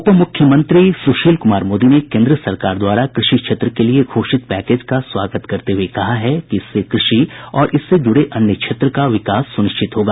उप मुख्यमंत्री सुशील कुमार मोदी ने केंद्र सरकार द्वारा कृषि क्षेत्र के लिये घोषित पैकेज का स्वागत करते हुये कहा कि इससे कृषि और इससे जुड़े अन्य क्षेत्र का विकास सुनिश्चित होगा